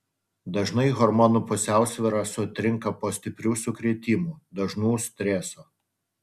dažnai hormonų pusiausvyra sutrinka po stiprių sukrėtimų dažnų streso